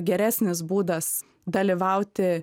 geresnis būdas dalyvauti